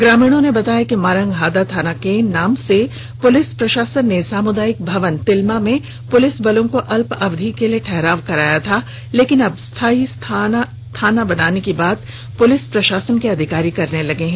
ग्रामीणों ने बताया कि मारंगहादा थाना के नाम से पुलिस प्रशासन ने सामुदायिक भवन तिलमा में पुलिस बलों को अल्पावधि के लिए ठहराव कराया था लेकिन अब स्थायी थाना बनाने की बात पुलिस प्रशासन के अधिकारी करने लगे हैं